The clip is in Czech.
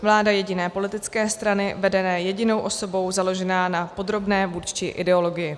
Vláda jediné politické strany vedené jedinou osobou založená na podrobné vůdčí ideologii.